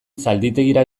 zalditegira